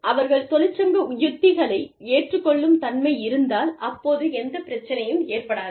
அவர்கள் தொழிற்சங்க உத்திகளை ஏற்றுக்கொள்ளும் தன்மை இருந்தால் அப்போது எந்த பிரச்சனையும் ஏற்படாது